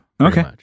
Okay